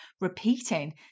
repeating